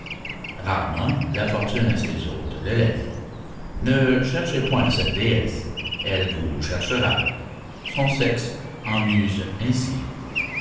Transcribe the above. rarement la fortune à ses hôtes le laisse ne cherchez point cette déesse elle vous cherchera son sexe en use ainsi